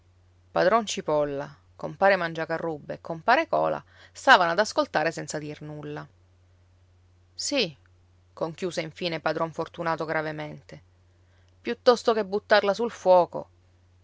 padron cipolla compare mangiacarrubbe e compare cola stavano ad ascoltare senza dir nulla sì conchiuse infine padron fortunato gravemente piuttosto che buttarla sul fuoco